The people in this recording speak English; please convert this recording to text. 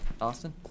Austin